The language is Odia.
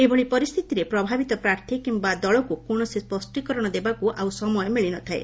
ଏଭଳି ପରିସ୍ଥିତିରେ ପ୍ରଭାବିତ ପ୍ରାର୍ଥୀ କିମ୍ବା ଦଳକୃ କୌଣସି ସ୍ୱଷ୍ଟୀକରଣ ଦେବାକ୍ ଆଉ ସମୟ ମିଳିନଥାଏ